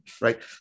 right